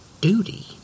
duty